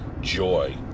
joy